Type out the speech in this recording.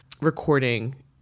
recording